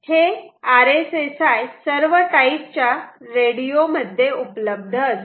हे RSSI सर्व type च्या रेडिओ मध्ये उपलब्ध असते